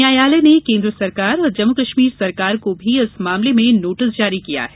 न्या यालय ने केन्द् सरकार और जम्मूई कश्मीार सरकार को भी इस मामले में नोटिस जारी किया है